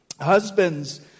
Husbands